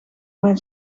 mijn